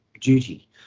duty